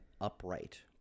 upright